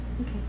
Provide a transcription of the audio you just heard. Okay